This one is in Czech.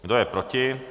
Kdo je proti?